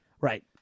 Right